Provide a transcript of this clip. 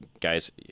guys